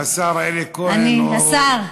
השר אלי כהן הוא השר,